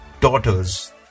daughters